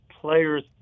players